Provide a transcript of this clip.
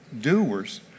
doers